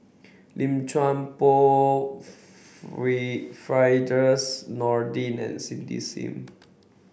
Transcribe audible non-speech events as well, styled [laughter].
Lim Chuan Poh [unintelligible] Firdaus Nordin and Cindy Sim